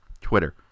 Twitter